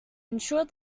ensure